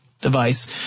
device